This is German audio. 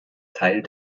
teil